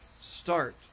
start